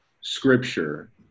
scripture